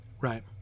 Right